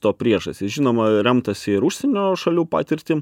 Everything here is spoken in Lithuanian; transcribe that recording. to priežastys žinoma remtasi ir užsienio šalių patirtim